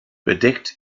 bedeckt